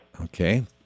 Okay